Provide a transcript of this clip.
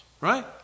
right